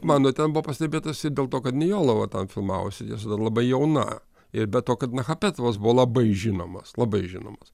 mano ten buvo pastebėtas ir dėl to kad nijola va ten filmavosi ji dar labai jauna ir be to kad nachapetovas buvo labai žinomas labai žinomas